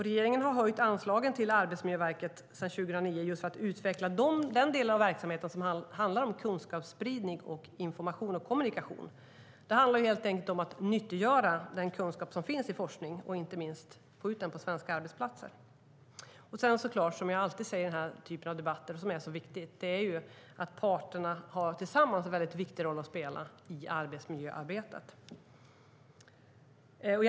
Regeringen har höjt anslagen till Arbetsmiljöverket sedan 2009 för att utveckla den del av verksamheten som handlar om kunskapsspridning, information och kommunikation. Det handlar helt enkelt om att nyttiggöra den kunskap som finns i forskning och inte minst om att få ut den på svenska arbetsplatser. Sedan har såklart parterna tillsammans en viktig roll att spela i arbetsmiljöarbetet, vilket jag alltid säger i den här typen av debatter.